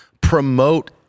promote